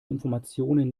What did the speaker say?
informationen